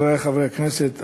חברי חברי הכנסת,